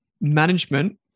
management